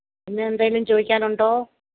പിന്നെ എന്തെങ്കിലും ചോദിക്കാനുണ്ടോ